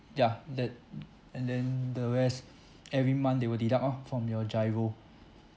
yeah that and then the rest every month they will deduct orh from your giro